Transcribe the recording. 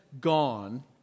gone